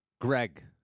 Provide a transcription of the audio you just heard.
Greg